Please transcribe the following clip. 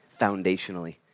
foundationally